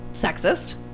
sexist